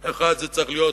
האחת, זה צריך להיות